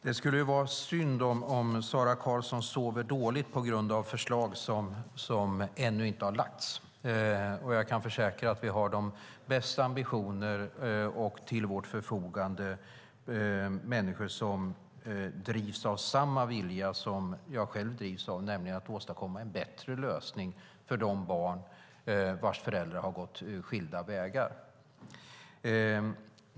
Herr talman! Det skulle vara synd om Sara Karlsson sov dåligt på grund av förslag som ännu inte har lagts fram. Jag kan försäkra att vi har de bästa ambitioner och att vi till vårt förfogande har människor som drivs av samma vilja som jag själv drivs av, nämligen viljan att åstadkomma en bättre lösning för de barn vars föräldrar har gått skilda vägar.